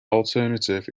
alternative